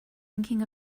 thinking